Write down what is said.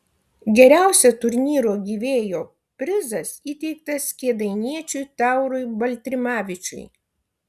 geriausio turnyro gyvėjo prizas įteiktas kėdainiečiui taurui baltrimavičiui